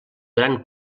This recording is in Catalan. gran